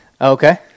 Okay